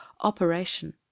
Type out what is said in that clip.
operation